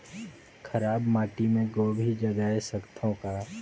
खराब माटी मे गोभी जगाय सकथव का?